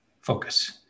focus